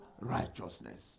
righteousness